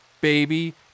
baby